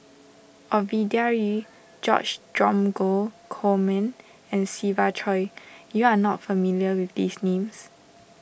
Ovidia Yu George Dromgold Coleman and Siva Choy you are not familiar with these names